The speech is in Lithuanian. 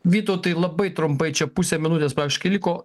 vytautai labai trumpai čia pusė minutės praktiškai liko